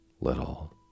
little